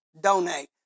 donate